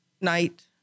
night